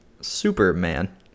Superman